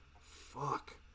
Fuck